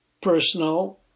personal